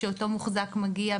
שאותו מוחזק מגיע,